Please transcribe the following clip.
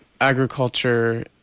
agriculture